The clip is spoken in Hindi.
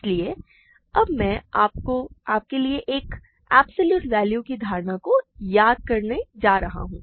इसलिए अब मैं आपके लिए एक एब्सॉल्यूट वैल्यू की धारणा को याद करने जा रहा हूँ